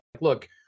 look